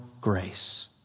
grace